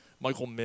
Michael